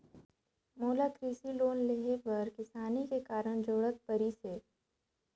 मोला कृसि लोन लेहे बर किसानी के कारण जरूरत परिस हे